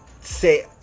say